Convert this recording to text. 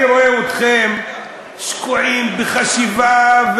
אני רואה אתכם שקועים בחשיבה,